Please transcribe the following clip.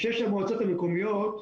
שש המועצות המקומיות,